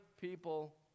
people